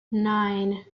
nine